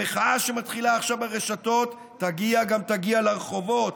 המחאה שמתחילה עכשיו ברשתות תגיע גם תגיע לרחובות.